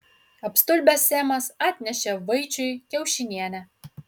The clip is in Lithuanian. apstulbęs semas atnešė vaičiui kiaušinienę